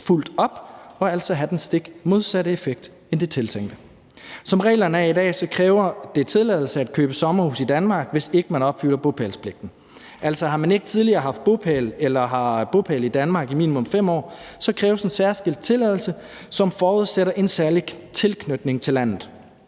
helt op og altså have den stik modsatte effekt end den tiltænkte. Som reglerne er i dag, kræver det tilladelse at købe sommerhus i Danmark, hvis ikke man opfylder bopælspligten. Altså, har man ikke eller har man ikke tidligere haft bopæl i Danmark i minimum 5 år, kræves en særskilt tilladelse, som forudsætter en særlig tilknytning til landet.